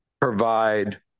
provide